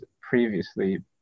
previously